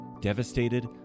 devastated